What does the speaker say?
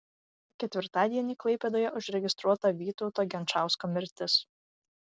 ketvirtadienį klaipėdoje užregistruota vytauto genčausko mirtis